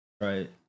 Right